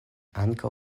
ankaŭ